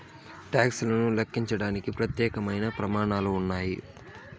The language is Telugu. టాక్స్ లను లెక్కించడానికి ప్రత్యేకమైన ప్రమాణాలు ఉన్నాయి